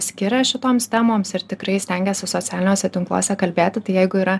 skiria šitoms temoms ir tikrai stengiasi socialiniuose tinkluose kalbėti tai jeigu yra